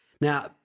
Now